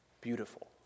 Beautiful